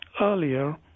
earlier